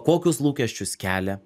kokius lūkesčius kelia